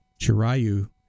Chirayu